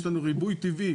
יש לנו ריבוי טבעי